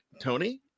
Tony